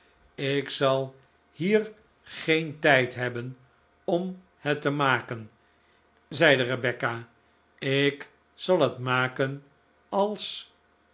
ik zal hier geen tijd hebben om het te maken zeide rebecca ik zal het maken als